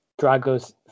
Drago's